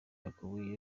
yakobo